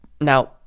Now